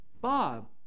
Bob